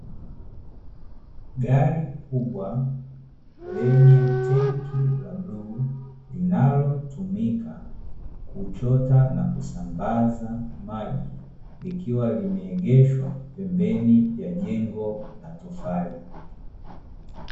Gari kubwa lenye tenki la bluu, linalotumika kuchota na kusambaza maji, likiwa limeegeshwa pembeni ya jengo la tofali.